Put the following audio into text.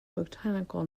botanical